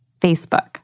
Facebook